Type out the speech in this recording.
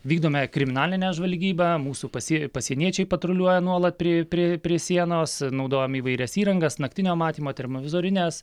vykdome kriminalinę žvalgybą mūsų pasie pasieniečiai patruliuoja nuolat prie prie prie sienos naudojam įvairias įrangas naktinio matymo termovizorines